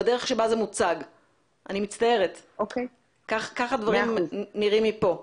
אני מצטערת, כך הדברים נראים פה.